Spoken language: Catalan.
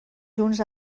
junts